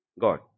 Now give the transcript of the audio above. God